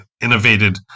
innovated